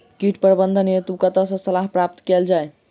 कीट प्रबंधन हेतु कतह सऽ सलाह प्राप्त कैल जाय?